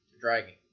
dragging